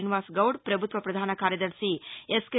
తీనివాస్ గౌద్ ప్రభుత్వ ప్రధాన కార్యదర్శి ఎస్కే